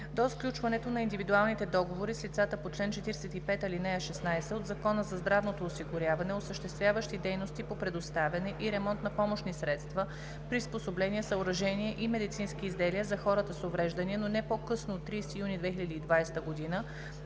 До сключването на индивидуалните договори с лицата по чл. 45, ал. 16 от Закона за здравното осигуряване, осъществяващи дейности по предоставяне и ремонт на помощни средства, приспособления, съоръжения и медицински изделия за хората с увреждания, но не по-късно от 30 юни 2020 г.,